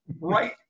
right